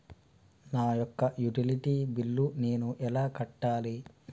నా యొక్క utility bill నేను ఎలా కట్టాలి?